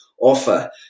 offer